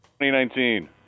2019